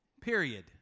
period